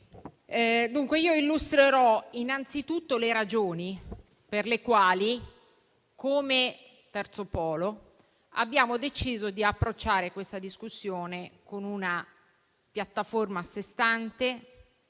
io illustrerò innanzitutto le ragioni per le quali, come Terzo polo, abbiamo deciso di approcciare questa discussione con una piattaforma a sé stante,